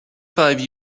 five